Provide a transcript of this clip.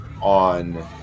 on